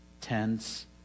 tense